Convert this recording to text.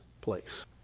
place